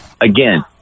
again